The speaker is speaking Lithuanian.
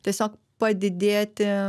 tiesiog padidėti